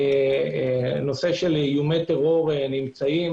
נושא של איומי טרור נמצאים.